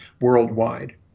worldwide